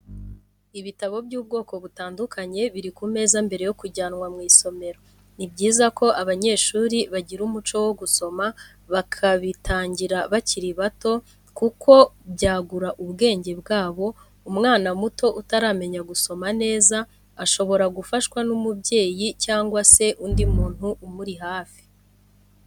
Ibitabo by'ubwoko butandukanye biri ku meza mbere yo kujyanwa mw'isomero, ni byiza ko abanyeshuri bagira umuco wo gusoma bakabitangira bakiri bato kuko byagura ubwenge bwabo, umwana muto utaramenya gusoma neza shobora gufashwa n'umubyeyi cyangwa se undi muntu umuri hafi.